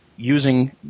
using